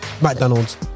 McDonald's